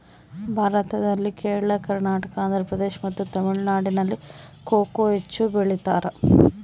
ಭಾರತದಲ್ಲಿ ಕೇರಳ, ಕರ್ನಾಟಕ, ಆಂಧ್ರಪ್ರದೇಶ್ ಮತ್ತು ತಮಿಳುನಾಡಿನಲ್ಲಿ ಕೊಕೊ ಹೆಚ್ಚು ಬೆಳಿತಾರ?